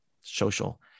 social